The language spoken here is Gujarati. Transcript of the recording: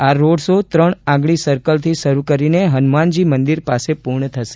આ રોડ શો ત્રણ આંગળી સર્કલથી શરૂ કરીને હનુમાનજી મંદિર પાસે પૂર્ણ થશે